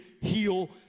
heal